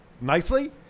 nicely